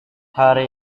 hari